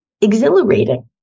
exhilarating